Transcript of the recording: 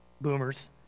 boomers